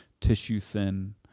tissue-thin